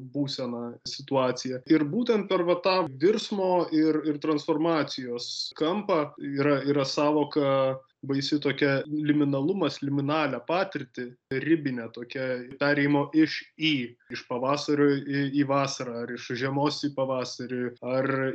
būseną situaciją ir būtent per va tą virsmo ir transformacijos kampą yra yra sąvoka baisi tokia liminalumas liuminalią patirtį ribinę tokią perėjimo iš į iš pavasario į vasarą ar iš žiemos į pavasarį ar